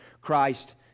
Christ